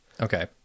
okay